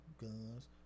guns